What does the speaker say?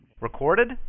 Recorded